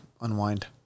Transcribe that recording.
unwind